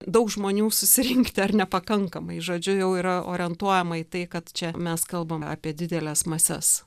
daug žmonių susirinkti ar nepakankamai žodžiu jau yra orientuojama į tai kad čia mes kalbame apie dideles mases